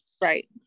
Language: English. Right